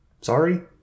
Sorry